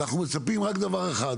אנחנו מצפים רק דבר אחד,